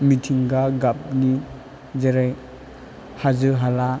मिथिंगा गाबनि जेरै हाजो हाला